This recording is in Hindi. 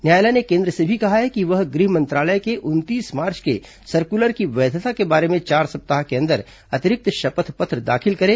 न्यायालय ने केन द्र से भी कहा है कि वह गृह मंत्रालय के उनतीस मार्च के सर्कुलर की वैधता के बारे में चार सप्ताह के अन्दर अतिरिक्त शपथ पत्र दाखिल करें